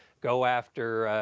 go after,